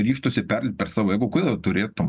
ryžtųsi perlipt per savo ego kodėl turėtų